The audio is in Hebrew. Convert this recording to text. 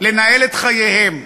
לנהל את חייהם,